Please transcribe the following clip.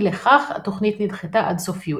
אי לכך, התכנית נדחתה עד סוף יולי.